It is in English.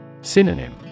Synonym